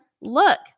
look